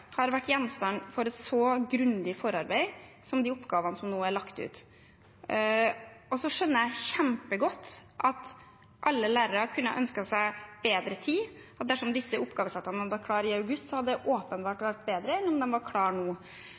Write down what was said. har vært gjenstand for et så grundig forarbeid som de oppgavene som nå er lagt ut. Så skjønner jeg kjempegodt at alle lærere kunne ha ønsket seg bedre tid, og dersom disse oppgavesettene hadde vært klare i august, hadde det åpenbart vært bedre enn at de var klare nå.